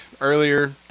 earlier